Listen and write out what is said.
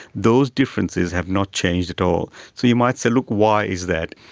those differences have not changed at all. so you might say, look, why is that?